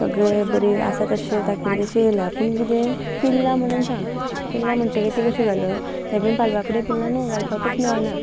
सगळें बरी आसा तशें तें कितें तशें येल्यां पूण किदें पिनल्लां म्हणून सांग पिनल्ला म्हणटगीर ती कशें घालूं तें बीन पालवा कडेन पिनल्लां न्हू घालपाकूच मेळना